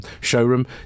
showroom